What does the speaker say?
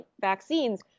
vaccines